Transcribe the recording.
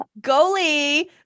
goalie